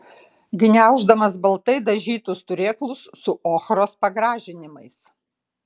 gniauždamas baltai dažytus turėklus su ochros pagražinimais